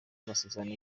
amasezerano